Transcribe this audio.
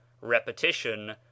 Repetition